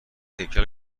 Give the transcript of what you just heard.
هیکل